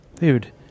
Dude